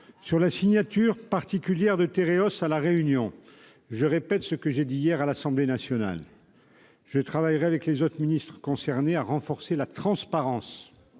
Sur la signature particulière de Tereos à La Réunion, je répète ce que j'ai dit hier à l'Assemblée nationale : je travaillerai avec les autres ministres concernés à renforcer la transparence